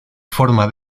forma